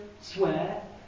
swear